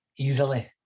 Easily